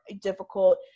difficult